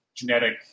Genetic